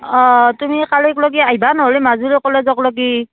অঁ তুমি কালিলৈকে আহিবা নহ'লে এই মাজুলীৰ কলেজলৈকে